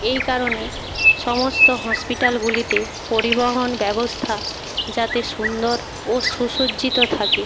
এই কারণে সমস্ত হসপিটালগুলিতে পরিবহন ব্যবস্থা যাতে সুন্দর ও সুসজ্জিত থাকে